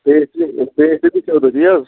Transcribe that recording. pastry pastry تہِ چھا تی حظ